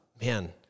man